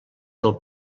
del